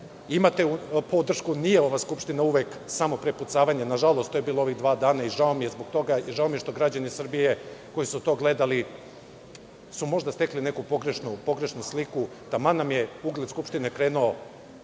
imate podršku. Nije ova skupština uvek samo prepucavanje. Nažalost, to je bilo ova dva dana i žao mi je zbog toga i žao mi je što građani Srbije, koji su to gledali su možda stekli neku pogrešnu sliku, taman nam je ugled Skupštine krenuo